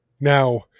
Now